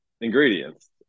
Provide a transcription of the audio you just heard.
ingredients